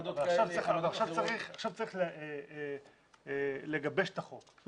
עכשיו צריך לגבש את החוק,